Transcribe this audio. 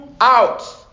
out